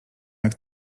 jak